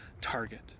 target